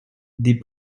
des